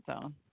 zone